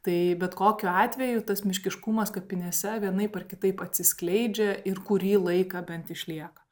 tai bet kokiu atveju tas miškiškumas kapinėse vienaip ar kitaip atsiskleidžia ir kurį laiką bent išlieka